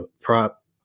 prop